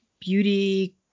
beauty